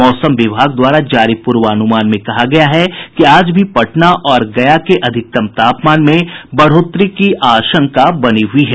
मौसम विभाग द्वारा जारी पूर्वानुमान में कहा गया है कि आज भी पटना और गया के अधिकतम तापमान में बढ़ोत्तरी की आशंका बनी हुई है